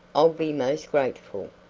i'll be most grateful.